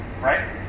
right